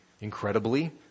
incredibly